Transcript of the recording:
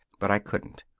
but i couldn't.